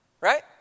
Right